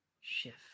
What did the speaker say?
shift